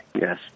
Yes